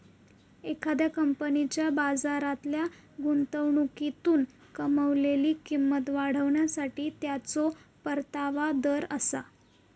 एखाद्या कंपनीच्या बाजारातल्या गुंतवणुकीतून कमावलेली किंमत वाढवण्यासाठी त्याचो परतावा दर आसा